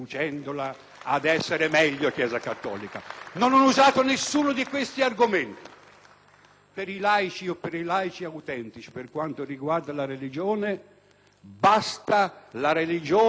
argomenti. Per i laici autentici, per quanto riguarda la religione, basta la religione dell'articolo 2 della Costituzione; è sufficiente per prendere le nostre decisioni.